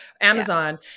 Amazon